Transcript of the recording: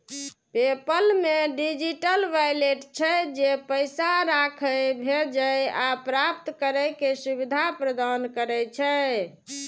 PayPal मे digital wallet छै, जे पैसा राखै, भेजै आ प्राप्त करै के सुविधा प्रदान करै छै